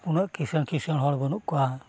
ᱩᱱᱟᱹᱜ ᱠᱤᱥᱟᱹᱲ ᱠᱤᱥᱟᱹᱲ ᱦᱚᱲ ᱵᱟᱹᱱᱩᱜ ᱠᱚᱣᱟ